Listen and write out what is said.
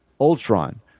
Ultron